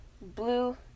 blue